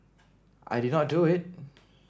I did not do it